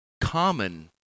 common